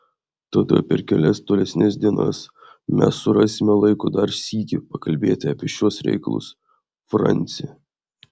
tada per kelias tolesnes dienas mes surasime laiko dar sykį pakalbėti apie šiuos reikalus franci